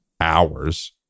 hours